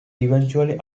eventually